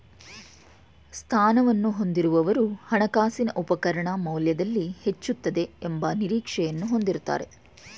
ಸ್ಥಾನವನ್ನು ಹೊಂದಿರುವವರು ಹಣಕಾಸಿನ ಉಪಕರಣ ಮೌಲ್ಯದಲ್ಲಿ ಹೆಚ್ಚುತ್ತದೆ ಎಂಬ ನಿರೀಕ್ಷೆಯನ್ನು ಹೊಂದಿರುತ್ತಾರೆ